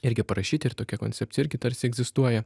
irgi parašyti ir tokia koncepcija irgi tarsi egzistuoja